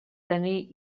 tenir